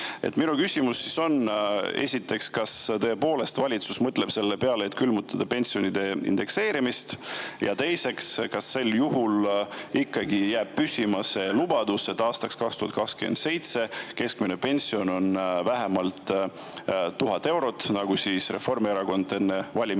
Minu küsimus on: esiteks, kas tõepoolest valitsus mõtleb selle peale, et külmutada pensionide indekseerimine, ja teiseks, kas sel juhul ikkagi jääb püsima see lubadus, et aastaks 2027 on keskmine pension vähemalt 1000 eurot, nagu Reformierakond enne valimisi